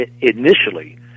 initially